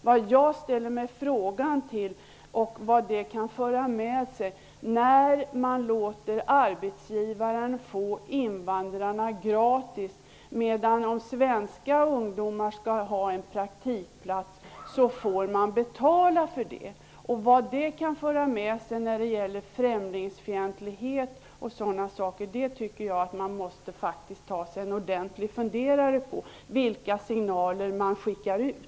Vad jag ställer mig frågande till är vad det kan föra med sig när man låter arbetsgivarna få invandrarna gratis samtidigt som de får betala för att låta svenska ungdomar få en praktikplats. Jag tycker att man måste ta sig en ordentlig funderare på vad detta kan föra med sig i form av främlingsfientlighet. Det är viktigt vilka signaler man skickar ut.